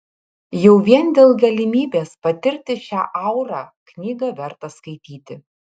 jau vien dėl galimybės patirti šią aurą knygą verta skaityti